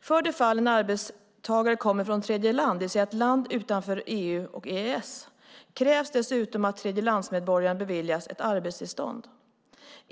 För det fall en arbetstagare kommer från tredje land, det vill säga ett land utanför EU och EES, krävs dessutom att tredjelandsmedborgaren beviljats ett arbetstillstånd.